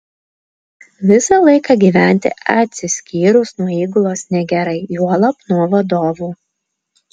visą laiką gyventi atsiskyrus nuo įgulos negerai juolab nuo vadovų